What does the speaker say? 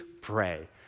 pray